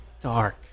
dark